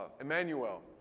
Emmanuel